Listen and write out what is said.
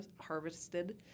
harvested